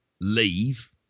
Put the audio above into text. Leave